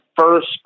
first